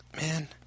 Man